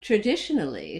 traditionally